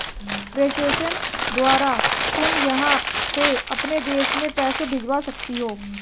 प्रेषण द्वारा तुम यहाँ से अपने देश में पैसे भिजवा सकती हो